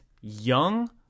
young